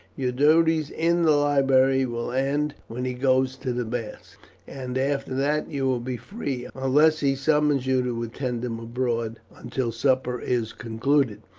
your duties in the library will end when he goes to the baths, and after that you will be free, unless he summons you to attend him abroad, until supper is concluded.